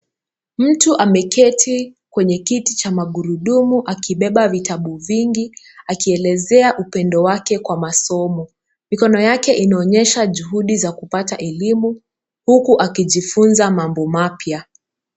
Mtu ameketi kwenye kiti cha magurudumu akibeba vitabu vingi akielezea upendo wake kwa masomo. Mikono yake inaonyésha juhudi za kupata elimu huku akijifunza mambo mapya.